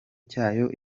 cyayo